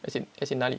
as in as in 哪里